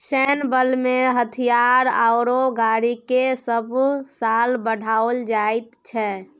सैन्य बलमें हथियार आओर गाड़ीकेँ सभ साल बढ़ाओल जाइत छै